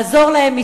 לעזור להן,